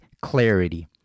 clarity